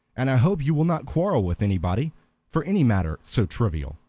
and i hope you will not quarrel with anybody for any matter so trivial.